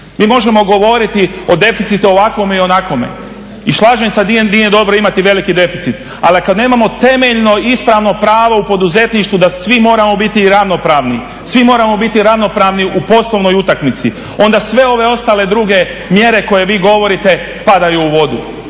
Mi možemo govoriti o deficiti ovakvom ili onakvome. I slažem se …/Govornik se ne razumije./… da nije dobro imati veliki deficit, ali kad nemamo temeljno ispravno pravo u poduzetništvu da svi moramo biti i ravnopravni, svi moramo biti ravnopravni u poslovnoj utakmici. Onda sve ove ostale druge mjere koje vi govoriti padaju u vodu.